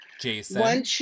Jason